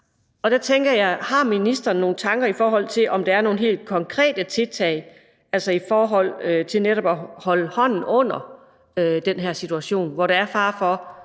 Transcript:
Der tænker jeg: Har ministeren nogle tanker, i forhold til om der er nogle helt konkrete tiltag for netop at holde hånden under den her situation, hvor der jo ellers